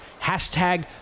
hashtag